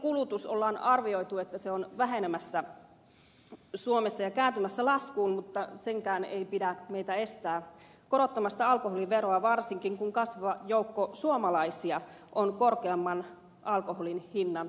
alkoholinkulutus on arvioitu on vähenemässä suomessa ja kääntymässä laskuun mutta senkään ei pidä meitä estää korottamasta alkoholiveroa varsinkin kun kasvava joukko suomalaisia on korkeamman alkoholin hinnan takana